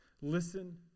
Listen